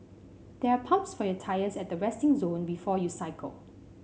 there are pumps for your tyres at the resting zone before you cycle